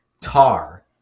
Tar